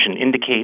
indicate